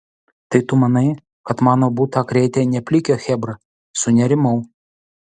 tai tu manai kad mano butą krėtė ne plikio chebra sunerimau